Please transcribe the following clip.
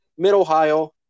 Mid-Ohio